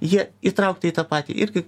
jie įtraukti į tą patį irgi